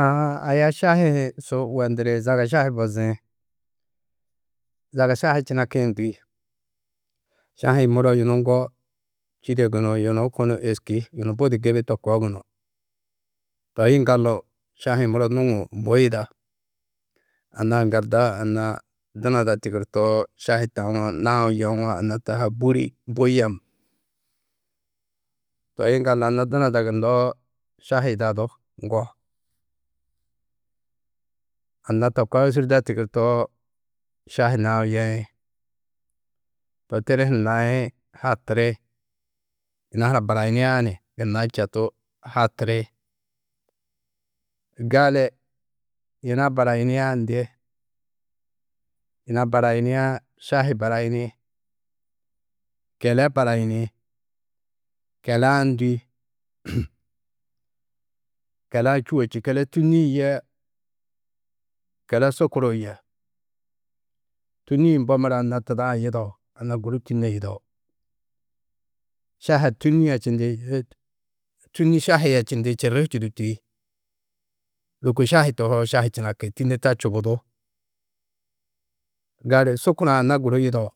Aã aya šahi-ĩ su wendiri, zaga šahi bozĩ, zaga šahi činakĩ. Ndî šahi-ĩ muro yunu ŋgo čîde gunú, kunu êski. Yunu budi gibi tokoo gunú, toi yiŋgaldu šahi-ĩ muro nuŋu bui yida. Anna aŋgalda anna dunada tigirtoo šahi taũwo naũ yewo anna taa ha bûri bui yem. Toi yiŋgaldu anna dunoda gunnoó šahi yidadú ŋgo, anna to kaa ôsurda tigirtoo šahi naũ yeĩ to tiri hunu naĩ hatiri. Yina huna barayiniã ni gunna četu hatiri. Gali yina barayiniã ndê: Yina barayiniã šahi barayini, kele barayini. Kele-ã ndî, kelea čû a čî. Kele tûnnii-ĩ yê kele sukuruu yê. Tûnni-ĩ mbo mura anna Tuda-ã yîdao. Anna guru tînne yidao. Šaha tûnnia čindi, tûnni šahia čindi čirri hi čûduti. Lôko šahi tohoo šahi činaki tînne taa čubudú. Gali sukur-ã anna guru yidao,